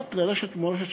רק ברשת "מורשת",